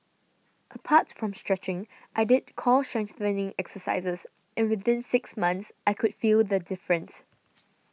apart from stretching I did core strengthening exercises and within six months I could feel the difference